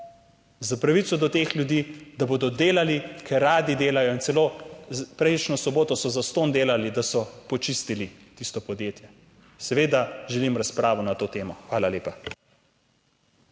za pravico teh ljudi, da bodo delali, ker radi delajo. Prejšnjo soboto so celo zastonj delali, da so počistili tisto podjetje. Seveda želim razpravo na to temo. Hvala lepa.